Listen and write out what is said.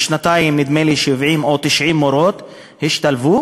בשנתיים נדמה לי ש-70 או 90 מורות השתלבו,